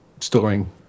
storing